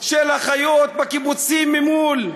של החיות בקיבוצים ממול.